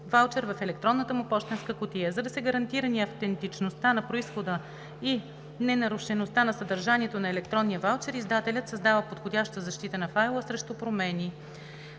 ваучер в електронната му пощенска кутия. За да са гарантирани автентичността на произхода и ненарушеността на съдържанието на електронния ваучер, издателят създава подходяща защита на файла срещу промени.